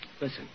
Listen